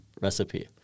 recipe